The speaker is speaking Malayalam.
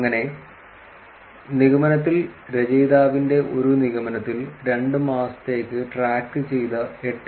അങ്ങനെ നിഗമനത്തിൽ രചയിതാവിന്റെ ഒരു നിഗമനത്തിൽ രണ്ട് മാസത്തേക്ക് ട്രാക്കുചെയ്ത 8